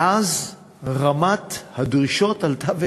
ואז רמת הדרישות עלתה וירדה,